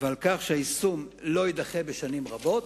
ועל כך שהיישום לא יידחה בשנים רבות.